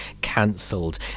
cancelled